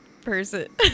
person